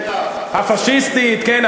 הפאשיסטית גם.